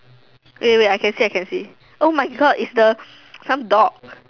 wait wait I can see I can see my God is the some dog